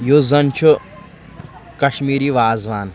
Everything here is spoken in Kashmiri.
یُس زَن چھُ کشمیٖری وازوان